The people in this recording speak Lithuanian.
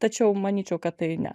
tačiau manyčiau kad tai ne